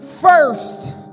first